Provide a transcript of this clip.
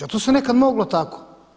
To se nekad moglo tako.